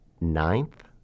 ninth